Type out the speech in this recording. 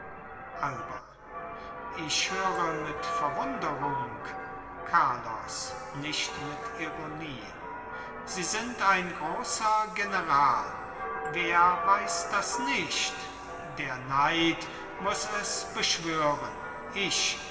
alba ich höre mit verwunderung carlos nicht mit ironie sie sind ein großer general wer weiß das nicht der neid muß es beschwören ich